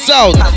South